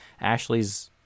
Ashley's